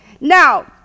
Now